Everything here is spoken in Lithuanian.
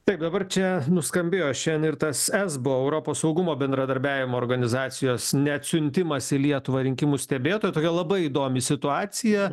taip dabar čia nuskambėjo šiandien ir tas esbo europos saugumo bendradarbiavimo organizacijos neatsiuntimas į lietuvą rinkimų stebėtojų todėl labai įdomi situacija